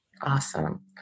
Awesome